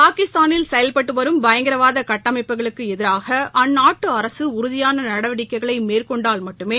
பாகிஸ்தானில் செயல்பட்டு வரும் பயங்கரவாத கட்டமைப்புகளுக்கு எதிராக அந்நாட்டு அரசு உறுதியான நடவடிக்கைகளை மேற்கொண்டால் மட்டுமே